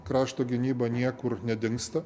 krašto gynyba niekur nedingsta